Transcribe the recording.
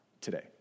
today